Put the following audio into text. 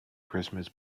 christmas